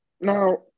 Now